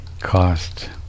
cost